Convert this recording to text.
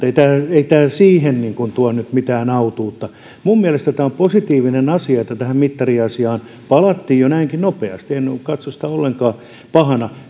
tämä siihen tuo nyt mitään autuutta minun mielestäni tämä on positiivinen asia että tähän mittariasiaan palattiin jo näinkin nopeasti en katso sitä ollenkaan pahana